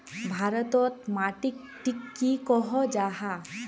भारत तोत माटित टिक की कोहो जाहा?